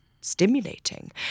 stimulating